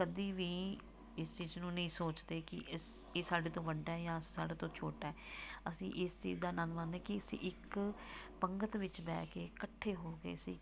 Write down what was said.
ਕਦੀ ਵੀ ਇਸ ਚੀਜ਼ ਨੂੰ ਨਹੀਂ ਸੋਚਦੇ ਕਿ ਇਸ ਇਹ ਸਾਡੇ ਤੋਂ ਵੱਡਾ ਜਾਂ ਸਾਡੇ ਤੋਂ ਛੋਟਾ ਅਸੀਂ ਇਸ ਚੀਜ਼ ਦਾ ਆਨੰਦ ਮਾਣਦੇ ਕਿ ਅਸੀਂ ਇੱਕ ਪੰਗਤ ਵਿੱਚ ਬਹਿ ਕੇ ਇਕੱਠੇ ਹੋ ਕੇ ਅਸੀਂ